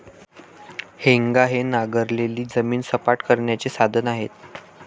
हेंगा हे नांगरलेली जमीन सपाट करण्याचे साधन आहे